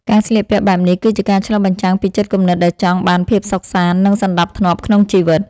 ការស្លៀកពាក់បែបនេះ គឺជាការឆ្លុះបញ្ចាំងពីចិត្តគំនិតដែលចង់បានភាពសុខសាន្តនិងសណ្តាប់ធ្នាប់ក្នុងជីវិត។